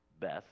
best